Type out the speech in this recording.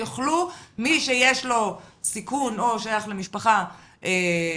מי שיש לו סיכון או שייך למשפחה עם